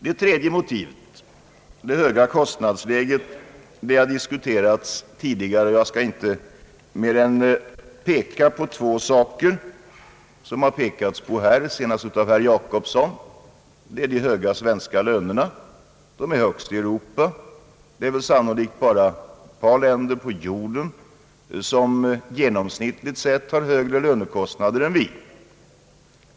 Det tredje motivet — det höga kostnadsläget — har diskuterats tidigare, och jag skall inte peka på mer än två saker, som har berörts här senast av herr Jacobsson. Det första är de höga svenska lönerna. De är högst i Europa. Sannolikt har väl bara ett par länder på jorden högre genomsnittliga lönekostnader än vi.